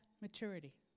maturity